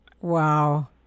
Wow